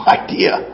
idea